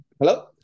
Hello